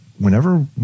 whenever